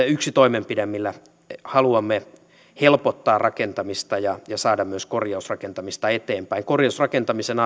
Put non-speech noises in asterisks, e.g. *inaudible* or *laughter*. *unintelligible* yksi toimenpide millä haluamme helpottaa rakentamista ja saada myös korjausrakentamista eteenpäin korjausrakentamisen *unintelligible*